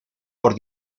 por